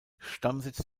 stammsitz